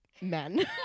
men